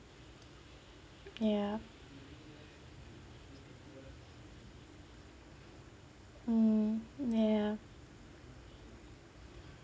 ya mm ya